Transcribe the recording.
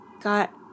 got